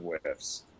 whiffs